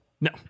No